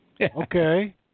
Okay